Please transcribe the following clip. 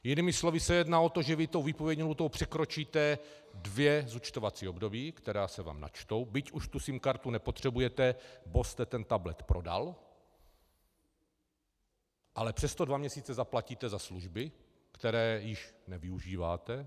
Jinými slovy se jedná o to, že vy tou výpovědní lhůtou překročíte dvě zúčtovací období, která se vám načtou, byť už tu SIM kartu nepotřebujete, nebo jste ten tablet prodal, ale přesto dva měsíce zaplatíte za služby, které již nevyužíváte.